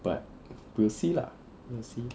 but we'll see lah let's see